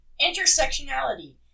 Intersectionality